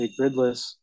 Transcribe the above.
Gridless